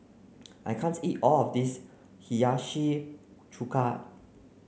I can't eat all of this Hiyashi Chuka